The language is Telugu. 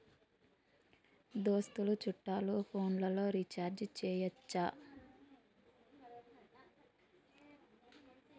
దోస్తులు చుట్టాలు ఫోన్లలో రీఛార్జి చేయచ్చా?